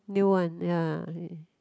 new one ya